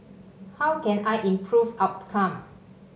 how can I improve outcome